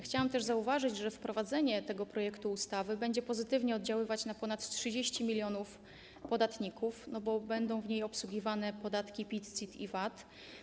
Chciałam też zauważyć, że wprowadzenie tego projektu ustawy będzie pozytywnie oddziaływać na ponad 30 mln podatników Chodzi o obsługę podatków PIT, CIT i VAT.